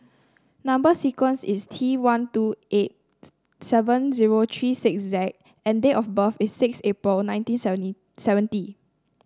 number sequence is T one two eight seven zero three six Z and date of birth is six April nineteen seventy seventeen